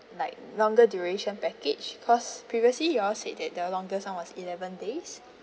like longer duration package because previously you all said that the longest one was eleven days